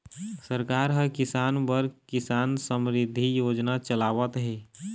सरकार ह किसान बर किसान समरिद्धि योजना चलावत हे